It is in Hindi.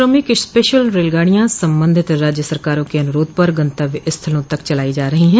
श्रमिक स्पेशल रेलगाड़ियां संबंधित राज्य सरकारों के अनुरोध पर गंतव्य स्थलों तक चलाई जा रही हैं